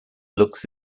looks